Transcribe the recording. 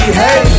hey